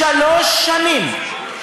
שלוש שנים,